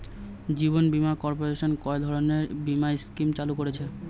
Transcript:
জীবন বীমা কর্পোরেশন কয় ধরনের বীমা স্কিম চালু করেছে?